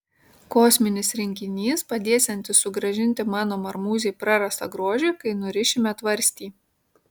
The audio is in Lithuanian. kosminis rinkinys padėsiantis sugrąžinti mano marmūzei prarastą grožį kai nurišime tvarstį